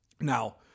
Now